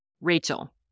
Rachel